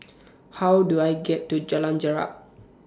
How Do I get to Jalan Jarak